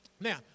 Now